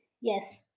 Yes